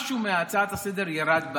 משהו מהצורך בהצעה לסדר-היום ירד.